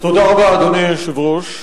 אדוני היושב-ראש,